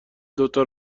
دوتا